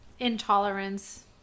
Intolerance